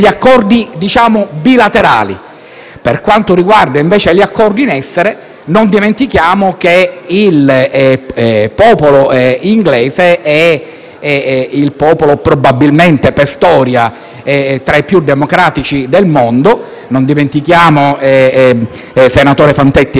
Per quanto riguarda, invece, gli accordi in essere, non dimentichiamo che il popolo inglese è, probabilmente, per storia, tra i più democratici del mondo. Senatore Fantetti, lei su questo mi può dare